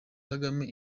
kagame